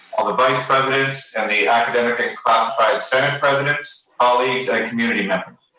all the vice presidents and the academic and classified senate presidents, colleagues, and community members.